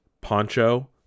poncho